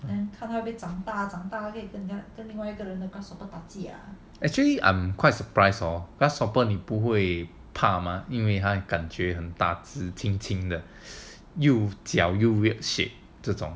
actually I'm quite surprised hor grasshopper 你不会怕吗因为他感觉很大只青青的脚又 weird shape 这种